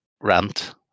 rant